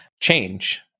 change